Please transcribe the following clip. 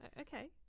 Okay